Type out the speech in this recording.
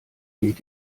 geht